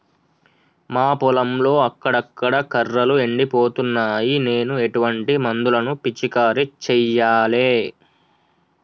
మా పొలంలో అక్కడక్కడ కర్రలు ఎండిపోతున్నాయి నేను ఎటువంటి మందులను పిచికారీ చెయ్యాలే?